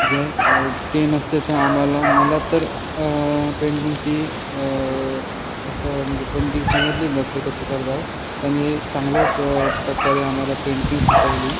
जर ते नसते तर आम्हाला मला तर पेंटिगची असं म्हणजे पेंटिंग समजली नसते कशी करतात त्यांनी चांगल्या स प्रकारे आम्हाला पेंटिंग शिकवली